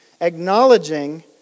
acknowledging